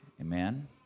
Amen